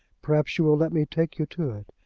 perhaps you will let me take you to it?